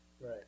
Right